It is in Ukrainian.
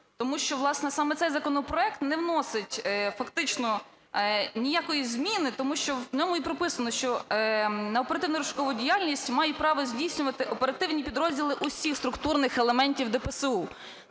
власне, саме цей законопроект не вносить фактично ніякої зміни, тому що в ньому і прописано, що оперативно-розшукову діяльність мають право здійснювати оперативні підрозділи усіх структурних елементів ДПСУ.